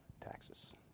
taxes